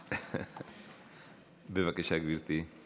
בבקשה, גברתי.